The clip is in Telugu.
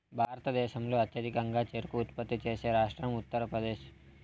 భారతదేశంలో అత్యధికంగా చెరకు ఉత్పత్తి చేసే రాష్ట్రం ఉత్తరప్రదేశ్